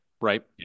right